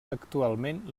actualment